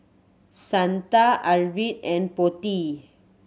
Santha Arvind and Potti